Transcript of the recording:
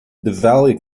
valley